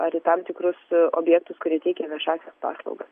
ar į tam tikrus objektus kurie teikia viešąsias paslaugas